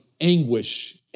anguish